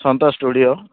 Santosh studio